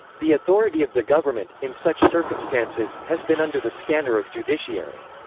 the authority of the government, in such circumstances, has been under the scanner of judiciary.